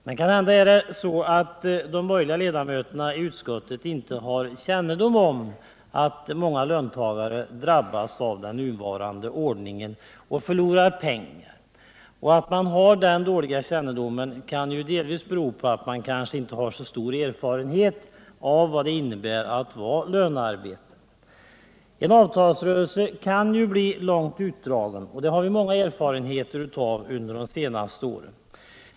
Men kanhända är det så att de borgerliga ledamöterna i utskottet inte har kännedom om att många löntagare drabbas av den nuvarande ordningen och förlorar pengar. Att man har dålig kännedom om detta kan delvis bero på att man inte har så stor erfarenhet av vad det innebär att vara lönarbetare. En avtalsrörelse kan bli långt utdragen — det har vi många erfarenheter av under de senaste åren.